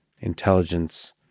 intelligence